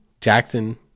Jackson